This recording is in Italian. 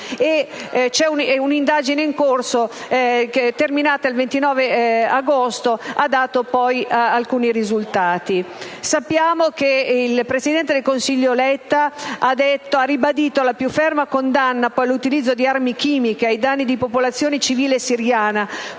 e l'indagine terminata il 29 agosto ha dato dei risultati. Sappiamo che il presidente del Consiglio Letta ha ribadito «la più ferma condanna dell'utilizzo di armi chimiche ai danni della popolazione civile siriana